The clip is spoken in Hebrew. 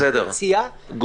מדובר על היציאה מהאזור המוגבל.